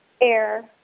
air